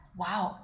Wow